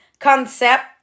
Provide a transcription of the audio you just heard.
concept